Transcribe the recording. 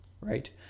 right